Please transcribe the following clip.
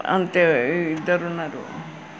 అంతే ఇద్దరున్నారు